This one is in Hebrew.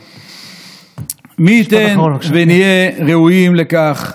מי ייתן ונהיה ראויים לכך,